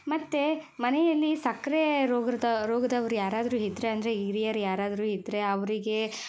ಮತ್ತು ಮನೆಯಲ್ಲಿ ಸಕ್ಕರೆ ರೋಗದ ರೋಗದವರು ಯಾರಾದರೂ ಇದ್ದರೆ ಹಿರಿಯರು ಯಾರಾದರೂ ಇದ್ದರೆ ಅವರಿಗೆ